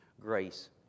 Grace